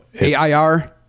A-I-R